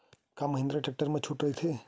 का महिंद्रा टेक्टर मा छुट राइथे?